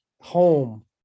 home